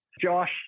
Josh